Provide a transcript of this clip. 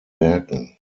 werken